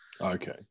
Okay